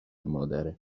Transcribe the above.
مادره